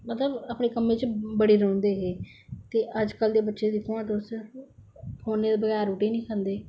मतलब अपने कम्मे च बडे़ दे रौंहदे है ते अजकल दे बच्चे दिक्खो हां तुस फोने दे बगैर रोटी नेईं खंदे